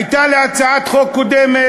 הייתה לי הצעת חוק קודמת,